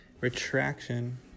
retraction